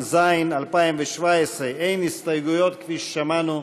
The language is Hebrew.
התשע"ז 2017. אין הסתייגויות, כפי ששמענו.